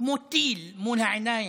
כמו טיל, מול העיניים.